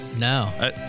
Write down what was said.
No